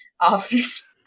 office